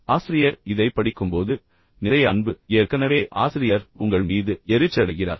எனவே ஆசிரியர் இதைப் படிக்கும்போது நிறைய அன்பு ஏற்கனவே ஆசிரியர் உங்கள் மீது எரிச்சலடைகிறார்